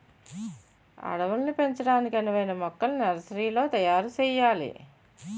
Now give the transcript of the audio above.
అడవుల్ని పెంచడానికి అనువైన మొక్కల్ని నర్సరీలో తయారు సెయ్యాలి